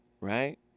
Right